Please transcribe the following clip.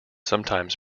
sometimes